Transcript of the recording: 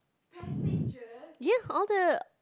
ya all the